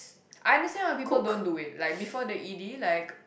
I understand of people don't do it like before the E_D like